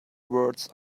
words